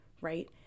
right